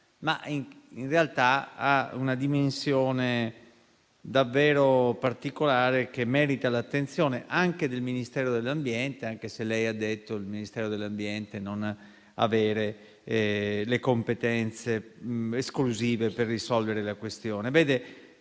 ma in realtà ha una dimensione davvero particolare, che merita l'attenzione anche del Ministero dell'ambiente, nonostante lei abbia detto che il Dicastero che rappresenta non ha le competenze esclusive per risolvere la questione.